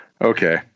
Okay